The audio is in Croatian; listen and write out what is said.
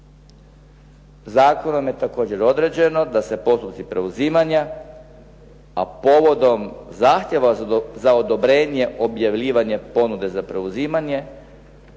Zakonom je također određeno da se pothvati preuzimanja, a povodom zahtjeva za odobrenje objavljivanja ponude za preuzimanje